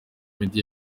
meddy